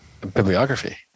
bibliography